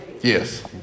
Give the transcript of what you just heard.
Yes